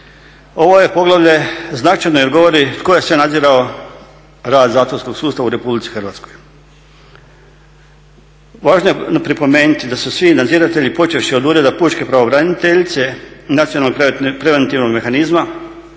Ovo je poglavlje značajno jer govori tko je sve nadzirao rad zatvorskog sustava u RH. važno je pripomenuti da su svi nadziratelji počevši od Ureda pučke pravobraniteljice, Nacionalnog preventivnog mehanizma